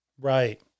Right